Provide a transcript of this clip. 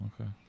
Okay